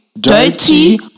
Dirty